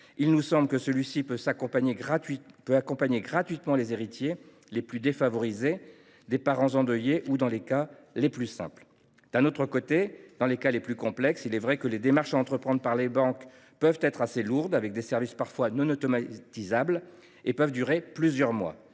il nous semble que celui ci peut accompagner gratuitement les héritiers les plus défavorisés, des parents endeuillés, ou dans les cas les plus simples. D’un autre côté, dans les cas plus complexes, il est vrai que les démarches à entreprendre par les banques peuvent être assez lourdes, avec des services parfois non automatisables, et peuvent durer plusieurs mois.